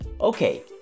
okay